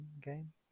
game